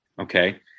okay